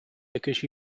because